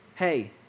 Hey